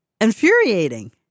infuriating